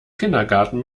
kindergarten